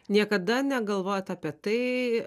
niekada negalvojot apie tai